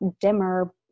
dimmer